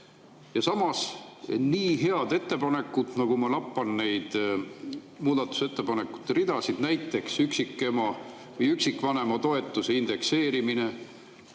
Ja samas, nii head ettepanekud, ma lappan neid muudatusettepanekute ridasid, näiteks üksikema või üksikvanema toetuse indekseerimine.